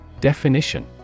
Definition